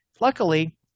luckily